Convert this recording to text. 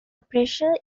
pressure